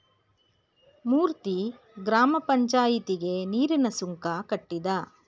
ಮೂರ್ತಿ ಗ್ರಾಮ ಪಂಚಾಯಿತಿಗೆ ನೀರಿನ ಸುಂಕ ಕಟ್ಟಿದ